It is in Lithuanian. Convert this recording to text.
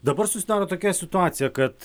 dabar susidaro tokia situacija kad